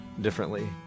differently